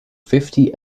fifty